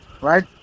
right